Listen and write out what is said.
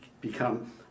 become